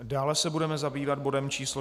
Dále se budeme zabývat bodem číslo 49.